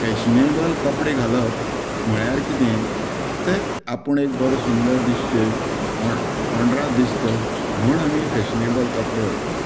fashionable कपडे घालप म्हणल्यार कितें तर आपूण एक बरो सुंदर दिसचें ओन ओनड्राड दिसचो म्हूण आमी फॅशनेबल कपडे घालतात